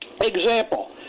Example